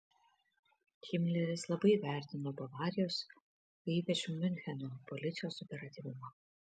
himleris labai vertino bavarijos o ypač miuncheno policijos operatyvumą